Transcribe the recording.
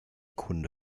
kunde